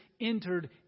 entered